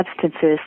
substances